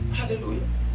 Hallelujah